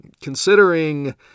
Considering